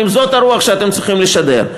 זו הרוח שאתם צריכים לשדר?